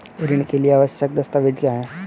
ऋण के लिए आवश्यक दस्तावेज क्या हैं?